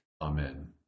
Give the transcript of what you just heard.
Amen